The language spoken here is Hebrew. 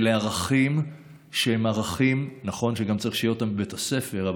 אלה ערכים שנכון שצריך שהם יהיו בבית הספר,